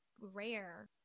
rare